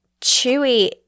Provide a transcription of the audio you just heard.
Chewy